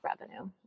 revenue